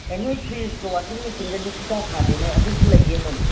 ꯑꯦ ꯅꯣꯏ ꯐ꯭ꯔꯤꯖꯀ ꯋꯥꯁꯤꯡ ꯃꯦꯆꯤꯟꯒꯗꯨ ꯁꯨꯡꯊꯥ ꯊꯥꯗꯦ ꯅꯣꯏ ꯑꯗꯨꯁꯨ ꯂꯩꯌꯦ ꯑꯗꯨꯝ